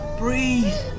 breathe